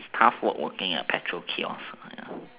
is tough work working at petrol kiosk ya